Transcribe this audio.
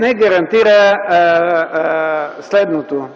не гарантира следното.